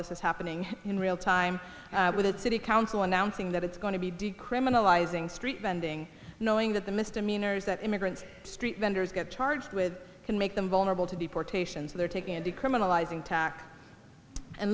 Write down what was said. this is happening in real time with the city council announcing that it's going to be decriminalizing street vending knowing that the misdemeanors that immigrants street vendors get charged with can make them vulnerable to deportation so they're taking decriminalizing tack and